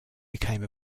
became